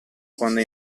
quando